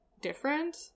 different